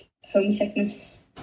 homesickness